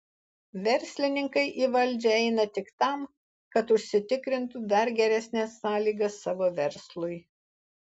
verslininkai į valdžią eina tik tam kad užsitikrintų dar geresnes sąlygas savo verslui